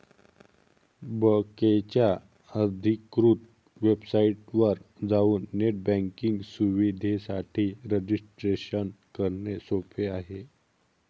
बकेच्या अधिकृत वेबसाइटवर जाऊन नेट बँकिंग सुविधेसाठी रजिस्ट्रेशन करणे सोपे आहे